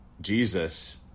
Jesus